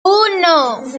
uno